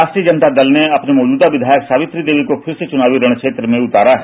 राष्ट्रीय जनता दल ने अपने मौजूदा विधायक सावित्री देवी को फिर से चुनावी रणक्षेत्र में उतारा है